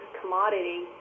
commodity